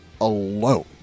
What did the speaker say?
alone